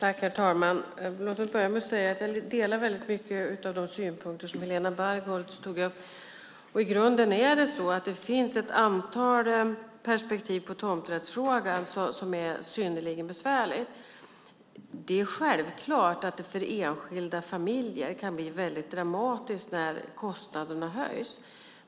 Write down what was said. Herr talman! Låt mig börja med att säga att jag delar många av de synpunkter som Helena Bargholtz tog upp. I grunden finns det ett antal perspektiv på tomträttsfrågan som är synnerligen besvärliga. Det är självklart att det för enskilda familjer kan bli väldigt dramatiskt när kostnaderna höjs.